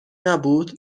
نبود